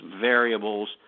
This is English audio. variables